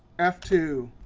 f two.